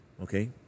Okay